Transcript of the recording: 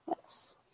Yes